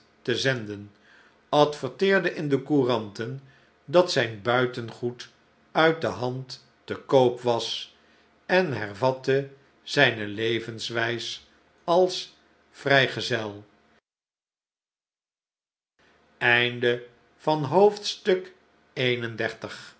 te zenden adverteerde in de couranten dat zijn buitengoed uit de hand te koop was en hervatte zijne levenswijs als vrijgezel xxxii